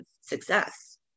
success